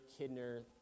Kidner